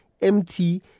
MT